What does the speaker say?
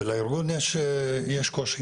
ולארגון יש קושי.